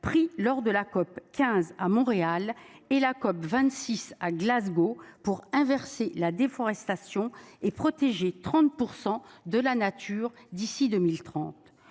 pris lors de la COP 15 à Montréal et la COP26 à Glasgow pour inverser la déforestation et protéger 30% de la nature. D'ici 2030.